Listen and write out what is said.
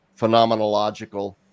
phenomenological